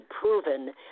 proven